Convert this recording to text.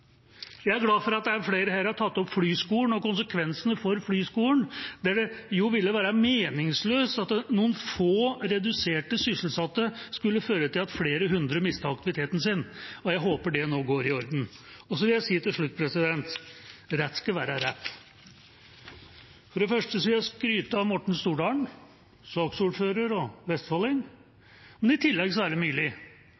at flere her har tatt opp flyskolen og konsekvensene for flyskolen, der det jo ville være meningsløst at noen få reduserte sysselsatte skulle føre til at flere hundre mistet aktiviteten sin, og jeg håper det nå går i orden. Så vil jeg si til slutt – rett skal være rett: For det første vil jeg skryte av Morten Stordalen, saksordfører og vestfolding,